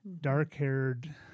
dark-haired